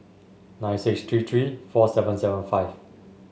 nine six three three four seven seven five